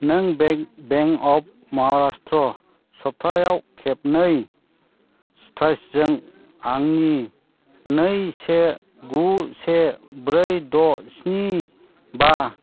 नों bank of Maharashtra सप्ताया खेबनै आंनि नै से गु से ब्रै द' स्नि बा